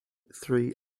three